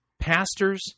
pastors